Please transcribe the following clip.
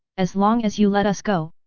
as long as you let us go,